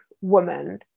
woman